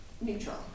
neutral